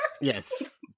Yes